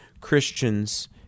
Christians